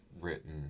written